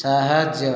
ସାହାଯ୍ୟ